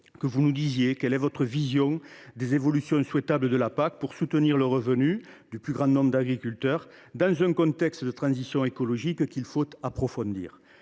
que vous nous exposiez votre vision des évolutions souhaitables de la PAC pour soutenir le revenu du plus grand nombre d’agriculteurs dans un contexte de transition écologique qui reste à approfondir.